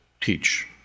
teach